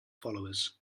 followers